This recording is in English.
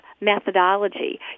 methodology